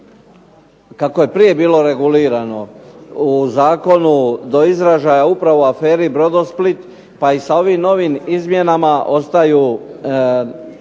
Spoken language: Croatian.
kako je prije bilo regulirano u zakonu do izražaja je upravo u aferi brodosplit, pa i sa ovim novim izmjenama ostaju